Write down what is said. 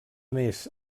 més